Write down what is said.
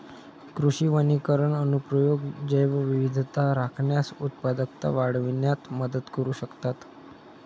कृषी वनीकरण अनुप्रयोग जैवविविधता राखण्यास, उत्पादकता वाढविण्यात मदत करू शकतात